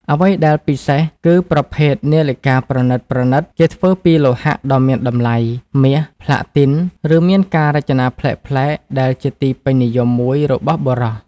អ្វីដែលពិសេសគឺប្រភេទនាឡិកាប្រណិតៗ គេធ្វើពីលោហៈដ៏មានតម្លៃ មាស ប្លាទីន ឬមានការរចនាប្លែកៗ ដែលជាទីពេញនិយមមួយរបស់បុរស។